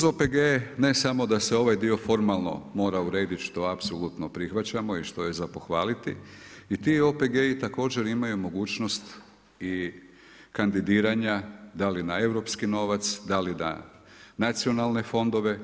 Uz OPG-e ne samo da se ovaj dio formalno mora urediti što apsolutno prihvaćamo i što je za pohvaliti i ti OPG-i također imaju mogućnost i kandidiranja da li na europski novac, da li da nacionalne fondove.